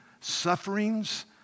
sufferings